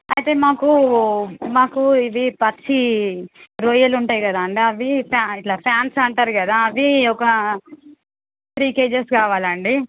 అయితే మాకు మాకు ఇది పచ్చి రొయ్యలు ఉంటాయి కదా అండి ఫా అవి ఇలా ప్రాన్స్ అంటారు కదా అవి ఒక త్రీ కేజీస్ కావాలండి